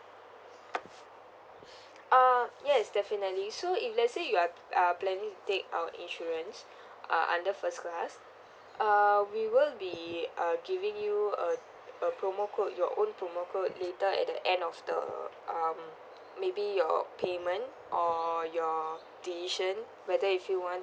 uh yes definitely so if let's say you are are planning to take our insurance uh under first class uh we will be uh giving you a a promo code your own promote code later at the end of the um maybe your payment or your decision whether if you want